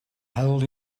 held